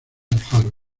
alfaro